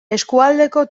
eskualdeko